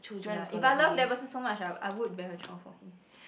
ya if I love that person so much I I would bear a child for him